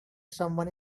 someone